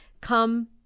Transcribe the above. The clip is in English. Come